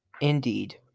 indeed